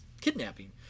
kidnapping